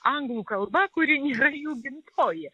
anglų kalba kuri nėra jų gimtoji